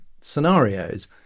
scenarios